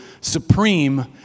supreme